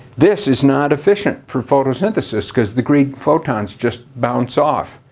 this is not efficient for photosynthesis because the green photons just bounce off.